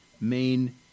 main